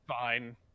fine